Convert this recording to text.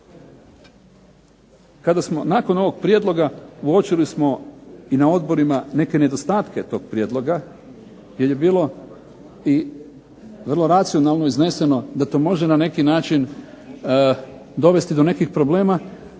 Kada smo nakon ovog prijedloga uočili smo na odborima neke nedostatke tog prijedloga, jer je bilo i vrlo racionalno izneseno da to može na neki način dovesti do nekih problema